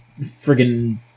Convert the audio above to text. friggin